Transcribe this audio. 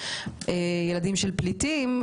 ילדים של פליטים.